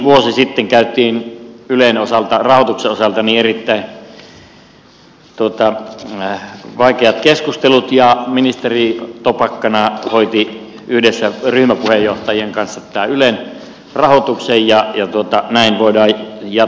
vuosi sitten käytiin ylen osalta rahoituksen osalta erittäin vaikeat keskustelut ja ministeri topakkana hoiti yhdessä ryhmäpuheenjohtajien kanssa tämän ylen rahoituksen ja näin voidaan jatkaa tätä toimintaa